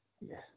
Yes